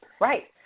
Right